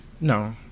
No